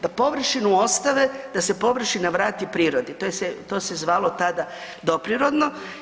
Da površinu ostave da se površina vrati prirodi, to se zvalo tada doprirodno.